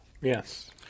Yes